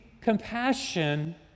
compassion